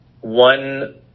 one